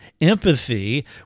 empathy